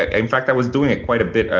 ah in fact, i was doing it quite a bit.